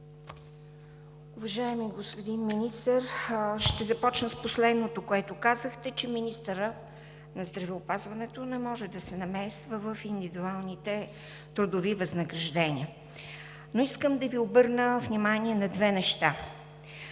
Уважаеми господин Министър, ще започна с последното, което казахте, че министърът на здравеопазването не може да се намесва в индивидуалните трудови възнаграждения. Искам да Ви обърна внимание на две неща.